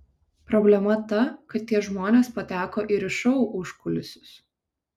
problema ta kad tie žmonės pateko ir į šou užkulisius